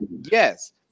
Yes